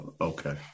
Okay